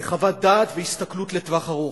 חוות דעת והסתכלות לטווח ארוך.